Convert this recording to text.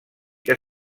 que